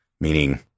meaning